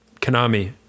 Konami